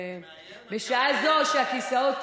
אני מאיים ואני גם מקיים.